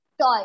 toy